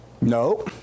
No